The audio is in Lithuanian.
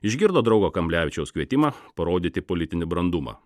išgirdo draugo kamblevičiaus kvietimą parodyti politinį brandumą